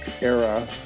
era